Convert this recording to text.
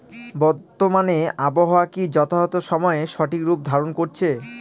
বর্তমানে আবহাওয়া কি যথাযথ সময়ে সঠিক রূপ ধারণ করছে?